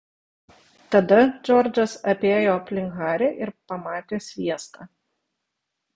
tada džordžas apėjo aplink harį ir pamatė sviestą